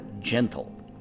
Gentle